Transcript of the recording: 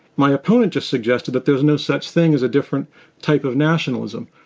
my opponent just suggested that there's no such thing as a different type of nationalism.